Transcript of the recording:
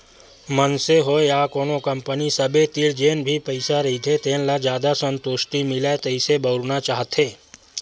मनसे होय या कोनो कंपनी सबे तीर जेन भी पइसा रहिथे तेन ल जादा संतुस्टि मिलय तइसे बउरना चाहथे